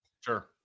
Sure